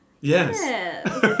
Yes